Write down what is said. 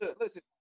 Listen